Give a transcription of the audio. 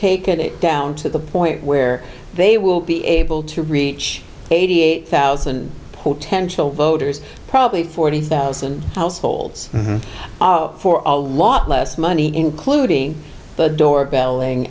taken it down to the point where they will be able to reach eighty eight thousand potential voters probably forty thousand households for a lot less money including the door bell